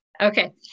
Okay